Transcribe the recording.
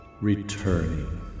returning